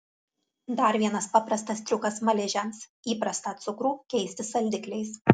dar vienas paprastas triukas smaližiams įprastą cukrų keisti saldikliais